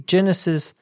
Genesis